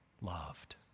loved